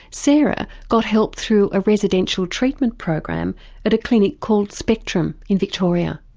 sarah got help through a residential treatment program at a clinic called spectrum in victoria.